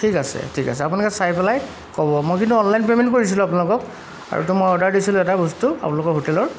ঠিক আছে ঠিক আছে আপোনালোকে চাই পেলাই ক'ব মই কিন্তু অনলাইন পে'মেণ্ট কৰিছিলোঁ আপোনালোকক আৰুতো মই অৰ্ডাৰ দিছিলোঁ এটা বস্তু আপোনালোকৰ হোটেলৰ